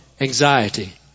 anxiety